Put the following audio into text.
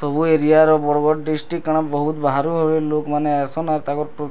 ସବୁ ଏରିଆର ବରଗଡ଼ ଡିଷ୍ଟ୍ରିକ୍ଟ୍ କାଣା ବହୁତ୍ ବାହାରୁ ବାହାରୁ ଲୋକ୍ମାନେ ଆଏସନ୍ ଆର୍ ତାକ୍